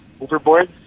overboard